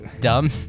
dumb